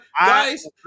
Guys